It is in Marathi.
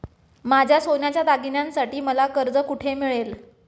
माझ्या सोन्याच्या दागिन्यांसाठी मला कर्ज कुठे मिळेल?